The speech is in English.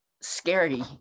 scary